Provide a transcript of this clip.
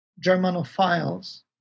Germanophiles